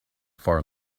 far